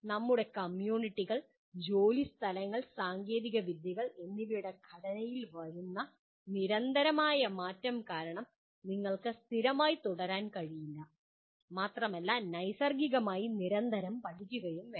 നമ്മുടെ കമ്മ്യൂണിറ്റികൾ ജോലിസ്ഥലങ്ങൾ സാങ്കേതികവിദ്യകൾ എന്നിവയുടെ ഘടനയിൽ വരുന്ന നിരന്തരമായ മാറ്റം കാരണം നിങ്ങൾക്ക് സ്ഥിരമായി തുടരാൻ കഴിയില്ല മാത്രമല്ല നിങ്ങൾ നൈസ്സർഗ്ഗികമായി നിരന്തരം പഠിക്കുകയും വേണം